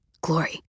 Glory